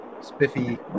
spiffy